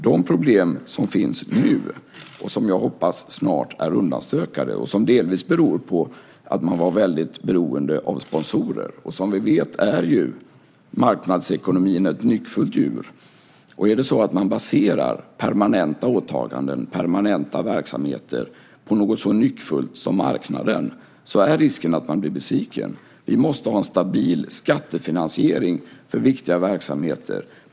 De problem som nu finns hoppas jag snart är undanstökade. De beror delvis på att man varit väldigt beroende av sponsorer. Som vi vet är marknadsekonomin ett nyckfullt djur, och baserar man permanenta åtaganden, permanenta verksamheter, på något så nyckfullt som marknaden är risken att man blir besviken. Vi måste ha en stabil skattefinansiering för viktiga verksamheter.